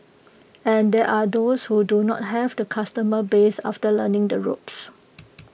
and there are those who do not have the customer base after learning the ropes